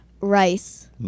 Rice